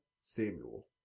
Samuel